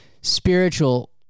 spiritual